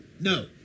No